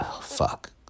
fuck